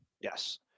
Yes